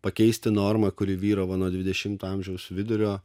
pakeisti normą kuri vyravo nuo dvidešimto amžiaus vidurio